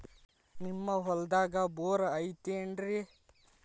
ನಿಮ್ಮ ಹೊಲ್ದಾಗ ಬೋರ್ ಐತೇನ್ರಿ?